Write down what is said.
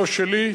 לא שלי.